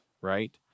right